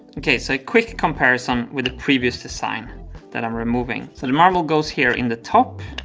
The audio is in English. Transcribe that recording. okay so a quick comparison with the previous design that i'm removing. so the marble goes here in the top,